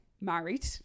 married